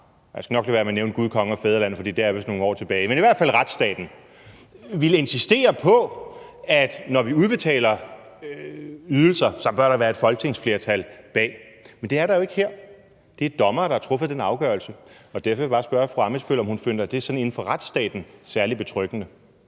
jeg skal nok lade være med at nævne Gud, kongen og fædrelandet, for det er vist nogle år tilbage, men i hvert fald retsstaten – ville insistere på, at der, når vi udbetaler ydelser, så bør være et folketingsflertal bag. Men det er der jo ikke her. Det er dommere, der har truffet den afgørelse. Derfor vil jeg bare spørge fru Katarina Ammitzbøll, om hun finder, det sådan inden for retsstaten er særlig betryggende.